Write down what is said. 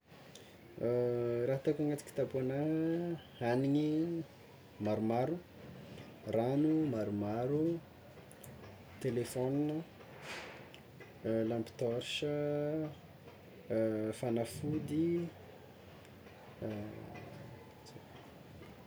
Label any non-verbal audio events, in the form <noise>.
<hesitation> Raha ataoko agnaty kitapo agna hagniny maromaro, ragno maromaro, telefôna, <hesitation> lampe torche, fanafody. <hesitation>